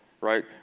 right